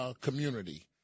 community